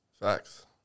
Facts